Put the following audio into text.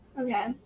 okay